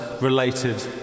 related